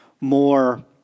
more